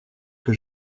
que